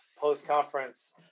post-conference